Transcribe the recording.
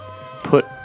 put